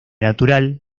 natural